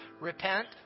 Repent